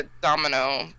domino